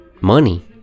money